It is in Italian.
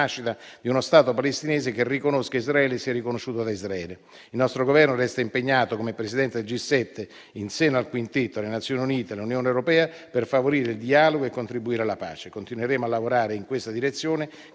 di uno Stato palestinese che riconosca Israele e sia riconosciuto da Israele. Il nostro Governo resta impegnato come Presidenza del G7 in seno al quintetto, alle Nazioni Unite e all'Unione europea per favorire il dialogo e contribuire alla pace. E continueremo a lavorare in questa direzione